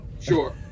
sure